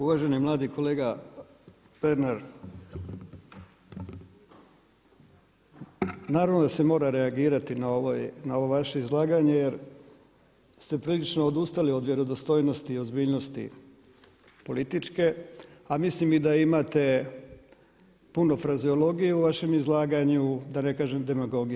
Uvaženi mladi kolega Pernar, naravno da se mora reagirati na ovo vaše izlaganje jer ste prilično odustali od vjerodostojnosti i ozbiljnosti političke a mislim i da imate puno frazeologije u vašem izlaganju, da ne kažem demagogije.